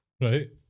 Right